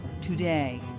today